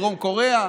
דרום קוריאה,